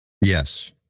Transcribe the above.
Yes